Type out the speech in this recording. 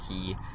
key